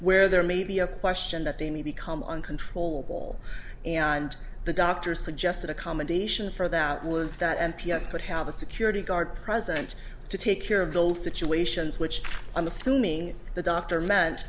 where there may be a question that they may become uncontrollable and the doctor suggested accommodation for that was that m p s could have a security guard present to take care of those situations which i'm assuming the doctor meant